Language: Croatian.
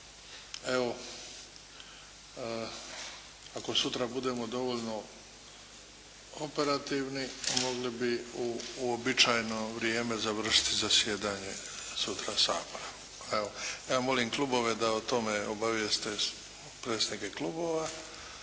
evo, ako sutra budemo dovoljno operativni mogli bi u uobičajeno vrijeme završiti zasjedanje sutra Sabora. Evo, molim klubove da o tome obavijeste predsjednike klubova